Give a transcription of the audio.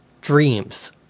Dreams